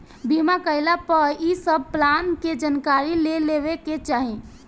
बीमा कईला पअ इ सब प्लान के जानकारी ले लेवे के चाही